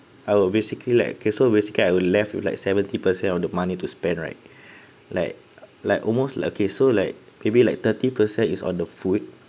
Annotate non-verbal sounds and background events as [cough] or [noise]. I will basically like okay so basically I will left with like seventy percent of the money to spend right [breath] like like almost lah okay so like maybe like thirty percent is on the food